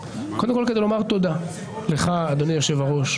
קודם כל כדי לומר תודה לך אדוני יושב הראש.